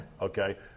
Okay